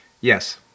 Yes